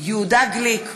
יהודה גליק,